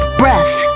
breath